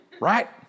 Right